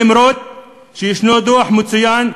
למרות שישנו דוח מצוין,